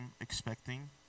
expecting